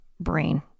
brain